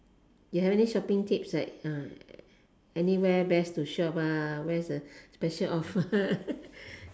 you have any shopping tips right ah anywhere best to shop ah where's the special offer